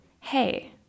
hey